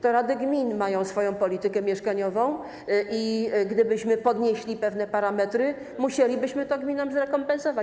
To rady gmin mają swoją politykę mieszkaniową i gdybyśmy podnieśli pewne parametry, musielibyśmy to gminom zrekompensować.